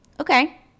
Okay